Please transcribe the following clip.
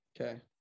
okay